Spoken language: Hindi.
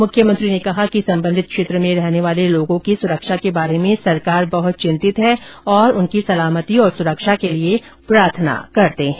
मुख्यमंत्री ने कहा कि संबंधित क्षेत्र में रहने वाले लोगों की सुरक्षा के बारे में सरकार बहुत चिंतित हैं और उनकी सलामती और सुरक्षा के लिए प्रार्थना करते हैं